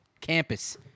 Campus